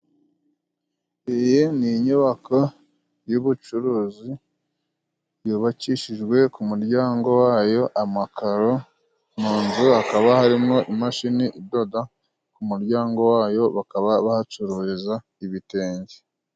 Iyi ni inyubako y'ubucuruzi yubakishijwe， ku muryango wayo amakaro，mu nzu hakaba harimo imashini idoda， ku muryango wayo bakaba bahacururiza ibitenge.